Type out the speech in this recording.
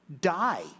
die